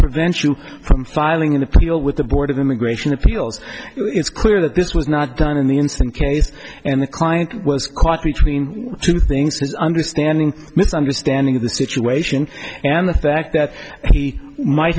prevent you from filing an appeal with the board of immigration appeals it's clear that this was not done in the instant case and the client was caught between two things his understanding misunderstanding of the situation and the fact that he might